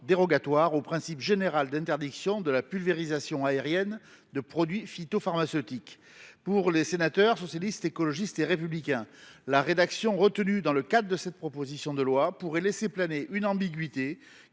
dérogatoire au principe général d’interdiction de la pulvérisation aérienne de produits phytopharmaceutiques. Pour les sénateurs du groupe Socialiste, Écologiste et Républicain, la rédaction retenue dans le cadre de cette proposition de loi pourrait laisser planer une ambiguïté